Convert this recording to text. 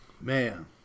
Man